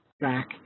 back